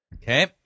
Okay